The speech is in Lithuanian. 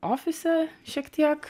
ofise šiek tiek